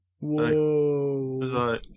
Whoa